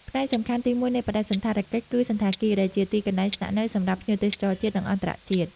ផ្នែកសំខាន់ទីមួយនៃបដិសណ្ឋារកិច្ចគឺសណ្ឋាគារ ដែលជាទីកន្លែងស្នាក់នៅសម្រាប់ភ្ញៀវទេសចរជាតិ និងអន្តរជាតិ។